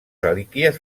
relíquies